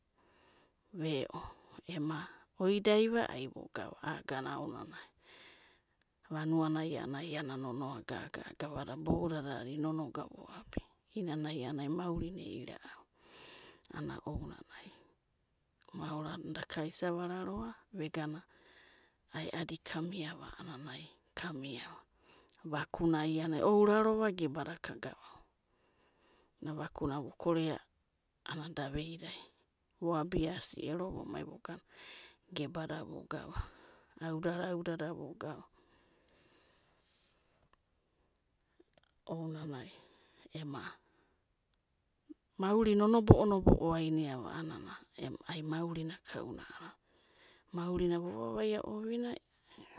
Veo, ema, oidaiva ai vogava, agana ao nonai vanuarai a'annana iana nonoa'gaga. gavada boudada nonoga voabi, ieinanai. a'a maurina ei'ra'ava, ana ounanai mao ranadaka isa vararoa, vegana, aeadi ramiava a'ananai ramiava vakuna iana e'ourarova gebada ka gavava, ana vakuna vo korea, a'anana da vei'dai vo'abiasi ero, vomai vogana, gebada vogava auda raudada vogava, ounanai eina, maurina o'robo'o nobo'o ainiava a'anana ai maurina kauna'anana, maurina vovavaia ovinai.